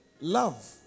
love